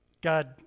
God